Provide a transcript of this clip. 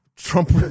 Trump